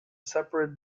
separate